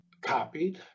copied